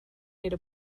made